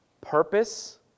purpose